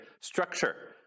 structure